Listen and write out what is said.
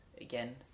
again